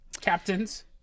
Captains